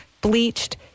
bleached